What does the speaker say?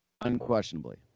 Unquestionably